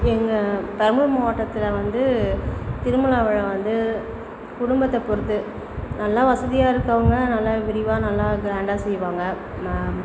எங்கள் பெரம்பலூர் மாவட்டத்தில் வந்து திருமண விழா வந்து குடும்பத்தை பொறுத்து நல்லா வசதியாக இருக்கவங்க நல்லா விரிவாக நல்லா க்ராண்டாக செய்வாங்க நான்